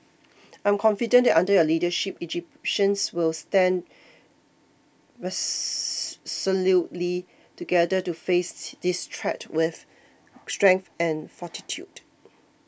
I'm confident that under your leadership Egyptians